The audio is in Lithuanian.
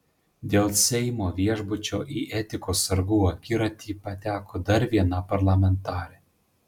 dėl seimo viešbučio į etikos sargų akiratį pateko dar viena parlamentarė